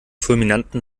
fulminanten